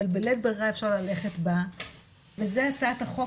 אבל בלית ברירה אפשר ללכת בה וזה הצעת החוק